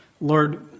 Lord